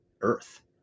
Earth